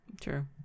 True